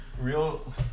real